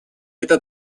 эта